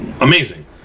amazing